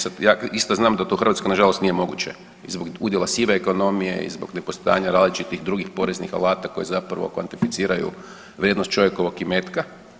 Sad ja isto znam da to u Hrvatskoj nažalost nije moguće zbog udjela sive ekonomije i zbog nepostojanja različitih drugih poreznih alata koji zapravo kvantificiraju vrijednost čovjekovog imetka.